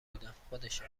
بودم، خودشه